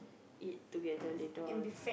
eat together later